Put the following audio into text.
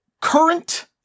current